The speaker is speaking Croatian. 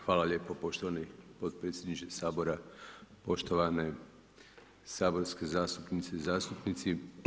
Hvala lijepo poštovani potpredsjedniče Sabora, poštovane saborske zastupnice i zastupnici.